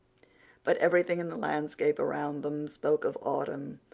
but everything in the landscape around them spoke of autumn.